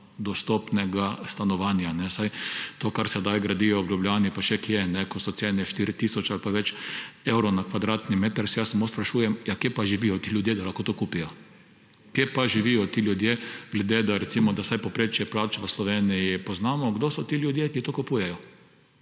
dostopnega stanovanja. Pri tem, kar sedaj gradijo v Ljubljani pa še kje, ko so cene 4 tisoč ali pa več evrov na kvadratni meter, se jaz samo sprašujem, ja kje pa živijo ti ljudje, da lahko to kupijo. Kje pa živijo ti ljudje? Glede na to, da recimo vsaj povprečje plač v Sloveniji poznamo, kdo so ti ljudje, ki to kupujejo?